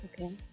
okay